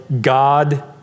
God